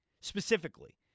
specifically